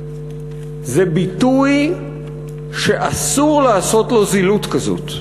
זה ביטוי שאסור לעשות לו זילות כזאת.